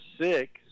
six